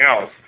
else